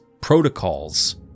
protocols